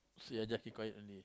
so you just keep quiet only